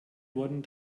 wurden